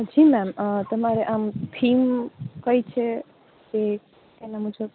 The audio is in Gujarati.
જી મેમ તમારે આમ થીમ કઈ છે એ એના મુજબ